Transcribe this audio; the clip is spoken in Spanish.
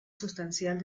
sustancial